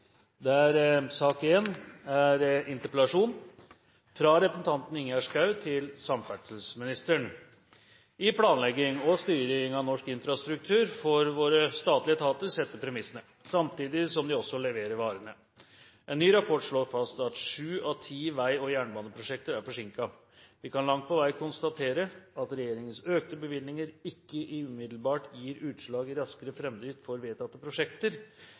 En ny rapport slår fast at syv av ti vei- og jernbaneprosjekter er forsinket: «Vi kan langt på vei konstatere at regjeringens økte bevilgninger ikke umiddelbart gir seg utslag i raskere fremdrift for vedtatte prosjekter.»